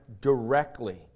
directly